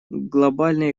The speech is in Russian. глобальный